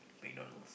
McDonald's